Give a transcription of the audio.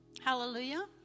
hallelujah